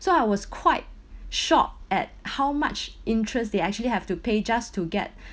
so I was quite shocked at how much interest they actually have to pay just to get